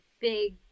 big